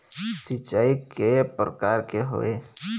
सिचाई कय प्रकार के होये?